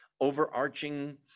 overarching